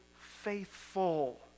faithful